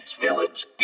Village